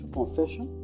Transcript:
confession